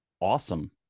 Awesome